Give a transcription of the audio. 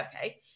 okay